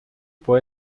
può